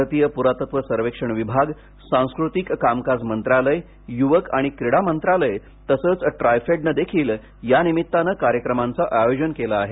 भारतीय प्ररातत्व सर्वेक्षण विभाग सांस्कृतिक कामकाज मंत्रालय युवक आणि क्रीडा मंत्रालय तसंच ट्राइफेडनं देखील यानिमित्तानं कार्यक्रमांचं आयोजन केलं आहे